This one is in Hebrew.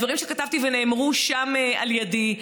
הדברים שכתבתי ונאמרו שם על ידי,